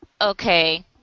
okay